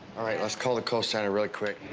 all right, let's call the cosigner real quick.